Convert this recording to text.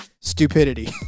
stupidity